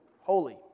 holy